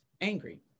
angry